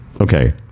Okay